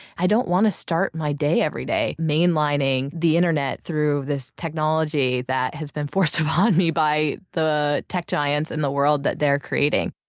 i don't want to start my day every day mainlining the internet through this technology that has been forced upon me by the tech giants in the world that they're creating.